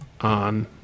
on